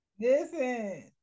Listen